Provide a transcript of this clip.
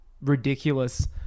ridiculous